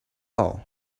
all